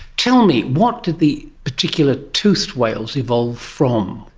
tell me, what did the particular toothed whales evolve from?